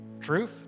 Truth